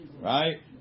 Right